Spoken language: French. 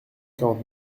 quarante